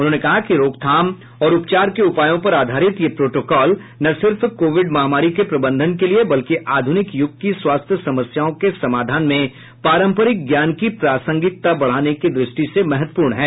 उन्होंने कहा कि रोकथाम और उपचार के उपायों पर आधारित यह प्रोटोकॉल न सिर्फ कोविड महामारी के प्रबंधन के लिए बल्कि आध्रनिक युग की स्वास्थ्य समस्याओं के समाधान में पारंपारिक ज्ञान की प्रासंगिकता बढ़ाने की दृष्टि से महत्वपूर्ण है